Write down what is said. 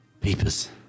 Peepers